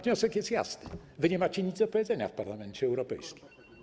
Wniosek jest jasny: wy nie macie nic do powiedzenia w Parlamencie Europejskim.